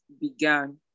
began